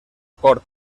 acord